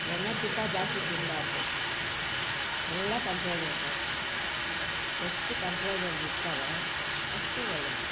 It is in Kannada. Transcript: ಎಣ್ಣೆ ತುಪ್ಪ ಜಾಸ್ತಿ ತಿನ್ನಬಾರ್ದು ಎಲ್ಲ ಕಂಟ್ರೋಲಿರಬೇಕು ಎಷ್ಟು ಕಂಟ್ರೋಲ್ದಲ್ಲಿರ್ತಾರೆ ಅಷ್ಟು ಒಳ್ಳೆಯದೇ